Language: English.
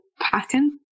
pattern